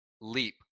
leap